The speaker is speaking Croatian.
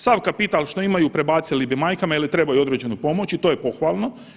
Sav kapital što imaju prebacili bi majkama jel trebaju određenu pomoć i to je pohvalno.